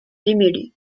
remedy